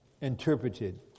interpreted